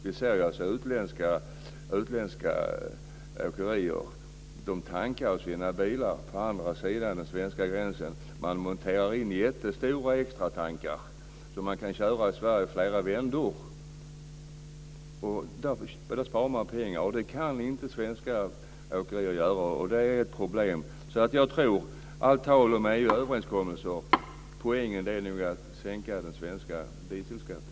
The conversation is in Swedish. Vi ser att utländska åkerier tankar sina bilar på andra sidan den svenska gränsen. Man monterar in jättestora extratankar så att man kan köra flera vändor i Sverige. Då sparar man pengar. Det kan inte svenska åkerier göra. Det är ett problem. Allt tal om EU-överenskommelser till trots, poängen är nog att sänka den svenska dieselskatten.